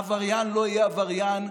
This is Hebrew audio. עבריין לא יהיה עבריין,